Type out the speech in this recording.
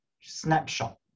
snapshot